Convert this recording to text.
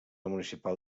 municipal